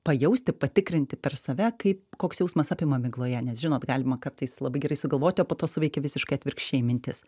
pajausti patikrinti per save kaip koks jausmas apima migloje nes žinot galima kartais labai gerai sugalvoti o po to suveikia visiškai atvirkščiai mintis